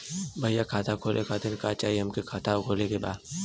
भईया खाता खोले खातिर का चाही हमके खाता खोले के बा?